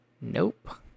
Nope